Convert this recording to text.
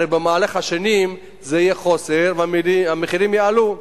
הרי במהלך השנים יהיה חוסר, והמחירים יעלו.